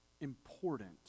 important